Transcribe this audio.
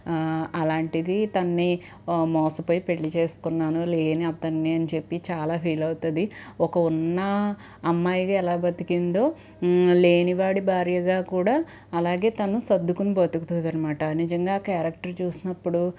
అలాంటిది తనని మోసపోయి పెళ్ళి చేసుకున్నాను లేని అతన్ని చెప్పి చాలా ఫీల్ అవుతుంది ఒక ఉన్న అమ్మాయిగా ఎలా బతికిందో లేనివాడి భార్యగా కూడా అలాగే తను సర్దుకుని బతుకుతుందనమాట నిజంగా ఆ క్యారెక్టర్ చూసినప్పుడు